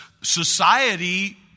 society